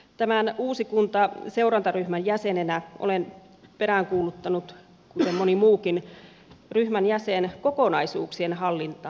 tämän uusi kunta seurantaryhmän jäsenenä olen peräänkuuluttanut kuten moni muukin ryhmän jäsen kokonaisuuksien hallintaa